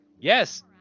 Yes